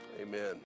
Amen